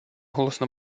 голосно